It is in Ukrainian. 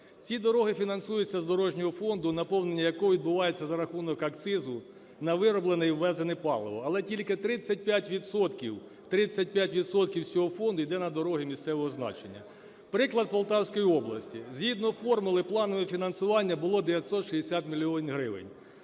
Ці дороги фінансуються з дорожнього фонду, наповнення якого відбувається за рахунок акцизу на вироблене і ввезене паливо. Але тільки 35 відсотків, 35 відсотків цього фонду йде на дороги місцевого значення. Приклад Полтавської області. Згідно формули планове фінансування було 960 мільйонів